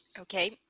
okay